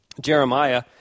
Jeremiah